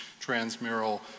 transmural